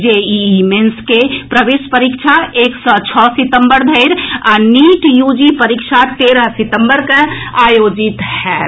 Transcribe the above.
JEE mains के प्रवेश परीक्षा एक सॅ छओ सितम्बर धरि आ नीट यूजी परीक्षा तेरह सितम्बर के आयोजित होयत